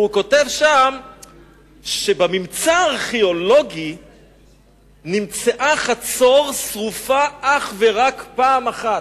והוא כותב שם שבממצא הארכיאולוגי נמצאה חצור שרופה אך ורק פעם אחת,